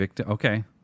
Okay